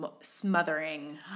smothering